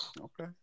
okay